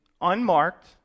unmarked